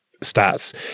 stats